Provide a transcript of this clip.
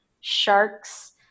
sharks